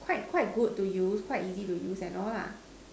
quite quite good to use quite easy to use and all lah